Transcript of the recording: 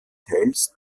teils